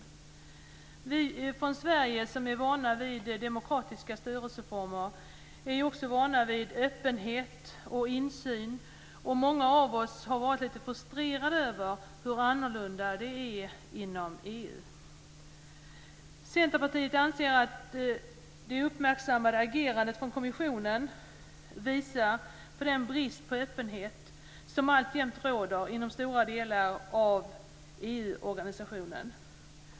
Vi från Sverige, som är vana vid demokratiska styrelseformer, är också vana vid öppenhet och insyn. Många av oss har varit lite frustrerade över hur annorlunda det är inom EU. Centerpartiet anser att det uppmärksammade agerandet från kommissionen visar på den brist på öppenhet som alltjämt råder inom stora delar av EU organisationen.